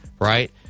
right